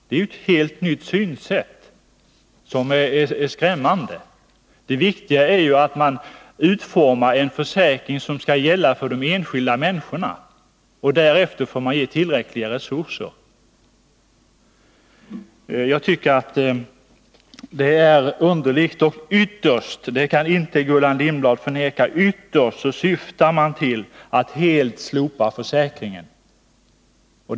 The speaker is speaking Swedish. Det är ett helt nytt synsätt som är skrämmande. Det viktiga är att man utformar en försäkring som skall gälla för de enskilda människorna, och sedan får man ge tillräckliga resurser. Gullan Lindblad kan inte förneka att ytterst syftar ni till att helt slopa försäkringen.